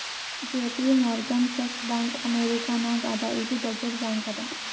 JP Morgan Chase bank ಅಮೇರಿಕಾನಾಗ್ ಅದಾ ಇದು ದೊಡ್ಡುದ್ ಬ್ಯಾಂಕ್ ಅದಾ